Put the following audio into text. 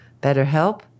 BetterHelp